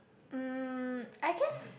um I guess